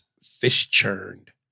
Fish-Churned